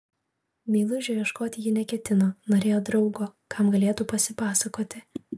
meilužio ieškoti ji neketino norėjo draugo kam galėtų pasipasakoti